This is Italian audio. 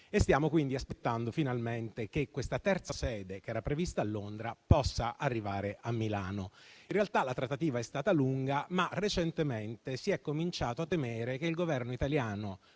Stiamo quindi aspettando finalmente che questa terza sede, che era prevista a Londra, possa arrivare a Milano. In realtà, la trattativa è stata lunga, ma recentemente si è cominciato a temere che il Governo italiano